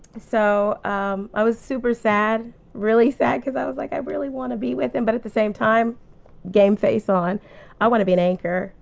so um i was super sad really sad because i was like i really want to be with him but at the same time game face on i want to be an anchor.